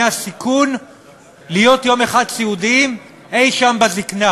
הסיכון להיות יום אחד סיעודיים אי-שם בזיקנה,